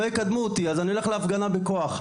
לא יקדמו אותי אז אני הולך להפגנה בכוח,